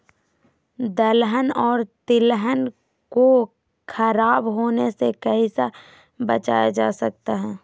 दलहन और तिलहन को खराब होने से कैसे बचाया जा सकता है?